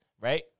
right